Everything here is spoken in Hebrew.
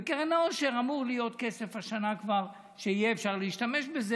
בקרן העושר אמור להיות כסף שכבר השנה יהיה אפשר להשתמש בו,